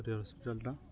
ଏଠିକାର ହସ୍ପିଟାଲ୍ଟା